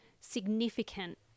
significant